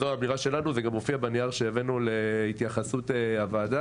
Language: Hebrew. זו האמירה שלנו וזה מופיע גם בנייר שהבאנו להתייחסות הוועדה.